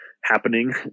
happening